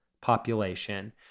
population